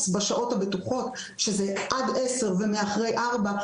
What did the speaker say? בשעות הבטוחות שהן עד השעה 10:00 ולאחר השעה 16:00,